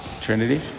Trinity